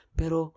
pero